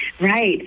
Right